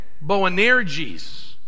Boanerges